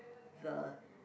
the